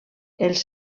els